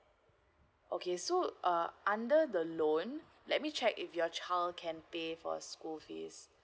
okay so uh under the loan let me check if your child can pay for school fees